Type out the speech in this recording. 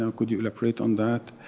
so could you elaborate on that?